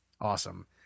Awesome